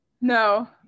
No